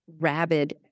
rabid